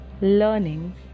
learning